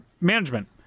management